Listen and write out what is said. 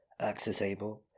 AccessAble